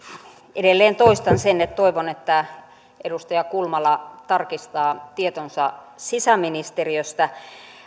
edelleen toistan sen että toivon että edustaja kulmala tarkistaa tietonsa sisäministeriöstä